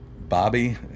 Bobby